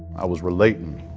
i was relating.